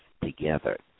together